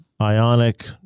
Ionic